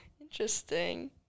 Interesting